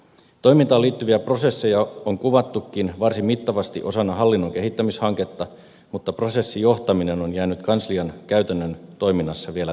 toimintaan liittyviä prosesseja on kuvattukin varsin mittavasti osana hallinnon kehittämishanketta mutta prosessijohtaminen on jäänyt kanslian käytännön toiminnassa vielä taka alalle